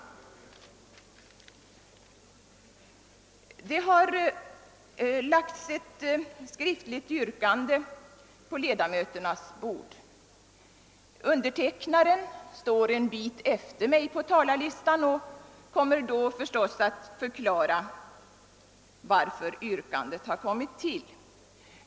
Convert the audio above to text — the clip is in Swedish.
Det har lagts ett skriftligt yrkande på ledamöternas bord. Undertecknaren står en bit efter mig på talarlistan och kommer förstås då att förklara varför yrkandet har kommit till.